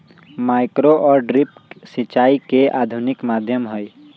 micro और drip सिंचाई के आधुनिक माध्यम हई